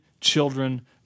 children